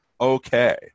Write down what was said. okay